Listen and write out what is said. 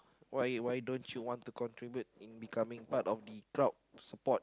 why why don't you want to contribute in becoming part of the crowd support